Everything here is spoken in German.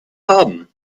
haben